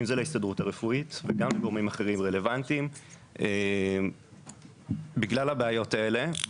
אם זה להסתדרות הרפואית וגם לגורמים רלוונטיים אחרים בגלל הבעיות האלה.